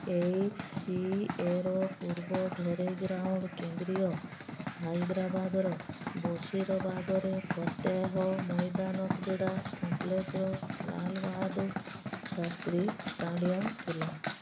H C A ର ପୂର୍ବ ଘରୋଇ ଗ୍ରାଉଣ୍ଡ୍ କେନ୍ଦ୍ରୀୟ ହାଇଦ୍ରାବାଦର ବଶିରବାଗରେ ଫତେହ ମଇଦାନ କ୍ରୀଡ଼ା କମ୍ପ୍ଲେକ୍ସର ଲାଲ ବାହାଦୁର ଶାସ୍ତ୍ରୀ ଷ୍ଟାଡିୟମ୍ ଥିଲା